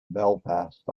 belfast